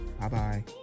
Bye-bye